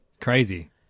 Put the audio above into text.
Crazy